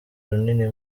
runini